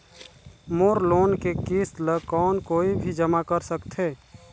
मोर loan के किस्त ल कौन कोई भी जमा कर सकथे?